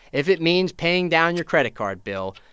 if it means paying down your credit card bill,